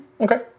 Okay